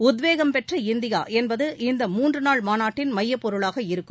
உத்வேகம் பெற்ற இந்தியா என்பது இந்த மூன்று நாள் மாநாட்டின் மையப் பொருளாக இருக்கும்